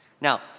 Now